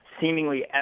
seemingly